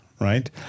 right